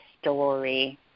story